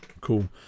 Cool